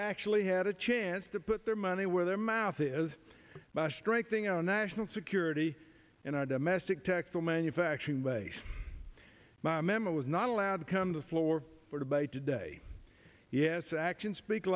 actually had a chance to put their money where their mouth is bash directing our national security and our domestic textile manufacturing base my memory was not allowed to come to the floor for debate today yes actions speak